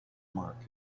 mark